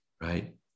right